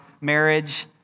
marriage